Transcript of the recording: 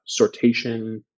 sortation